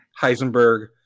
Heisenberg